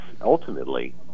ultimately